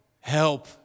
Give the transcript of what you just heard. Help